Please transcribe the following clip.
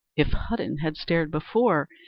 if hudden had stared before,